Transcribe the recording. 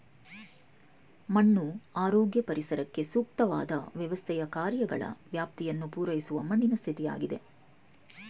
ಮಣ್ಣು ಆರೋಗ್ಯ ಪರಿಸರಕ್ಕೆ ಸೂಕ್ತವಾದ್ ವ್ಯವಸ್ಥೆಯ ಕಾರ್ಯಗಳ ವ್ಯಾಪ್ತಿಯನ್ನು ಪೂರೈಸುವ ಮಣ್ಣಿನ ಸ್ಥಿತಿಯಾಗಿದೆ